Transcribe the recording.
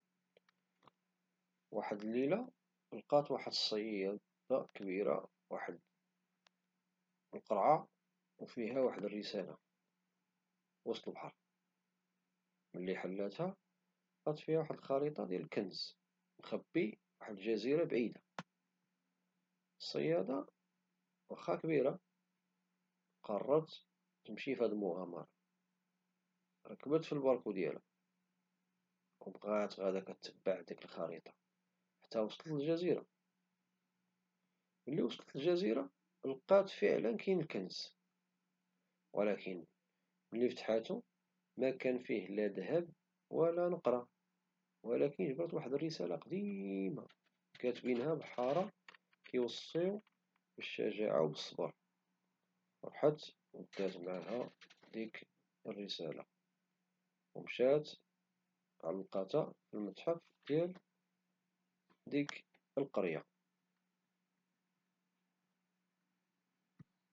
واحد العشية، لقات الصيادة العجوزة قرعة فيها رسالة. ملي حلاتها، لقات خريطة فيها إشارات لكنز قديم مدفون. الصيادة كانت عايشة بوحدها فكوخ حدا البحر، وقررت تخوض المغامرة باش تلقى الكنز. شدات الخريطة وخدات معاها الأدوات البسيطة اللي عندها، وبداات الرحلة. فطريقها، واجهات بزاف ديال الصعوبات: غابة مظلمة، واد غارق، وجبال وعرة. ولكن كل ما عيّات، كانت كتفكر فالكنز واللي يقدر يبدل حياتها. حتى وصلت للمكان اللي مشار ليه فالخريطة، وبدات تحفر. من بعد شوية، لقات صندوق قديم. ملي حلاتو، لقات فيه رسالة كتبين: "الكنز الحقيقي هو الشجاعة اللي خلاتك تخوضي هاد الرحلة". ضحكات الصيادة وهي فحالها فرحانة، حيث الرحلة علماتها بزاف ورجعات ليها حب الحياة والمغامرة.